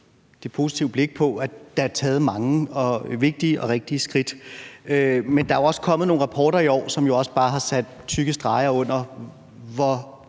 set det positive blik på, at der er taget mange vigtige og rigtige skridt, men der er jo også kommet nogle rapporter i år, som bare har sat tykke streger under, hvor